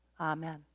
amen